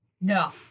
no